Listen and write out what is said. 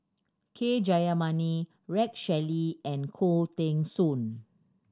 K Jayamani Rex Shelley and Khoo Teng Soon